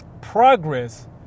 progress